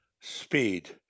Speed